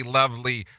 lovely